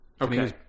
Okay